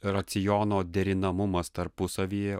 raciono derinamumas tarpusavyje